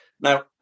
Now